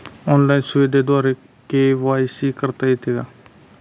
Online सुविधेद्वारे KYC करता येते का?